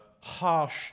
harsh